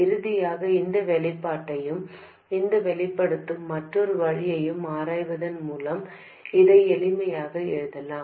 இறுதியாக இந்த வெளிப்பாட்டையும் இதை வெளிப்படுத்தும் மற்றொரு வழியையும் ஆராய்வதன் மூலம் இதை எளிமையாக எழுதலாம்